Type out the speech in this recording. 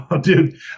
Dude